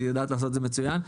היא יודעת לעשות את זה מצוין,